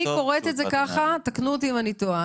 אני קוראת את זה ככה, תקנו אותי אם אני טועה.